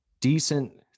decent